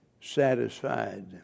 satisfied